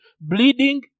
bleeding